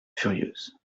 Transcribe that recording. furieuse